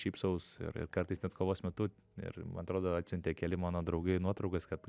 šypsaus ir ir kartais net kovos metu ir man atrodo atsiuntė keli mano draugai nuotraukas kad